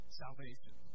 salvation